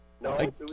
No